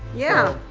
yeah.